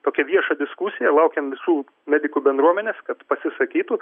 tokią viešą diskusiją laukiam visų medikų bendruomenės kad pasisakytų